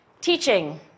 teaching